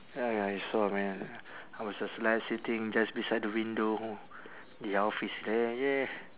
ya ya I saw man I was just like sitting just beside the window the office yeah yeah